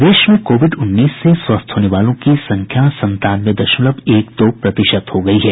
प्रदेश में कोविड उन्नीस से स्वस्थ होने वालों की संख्या संतानवे दशमलव एक दो प्रतिशत हो गयी है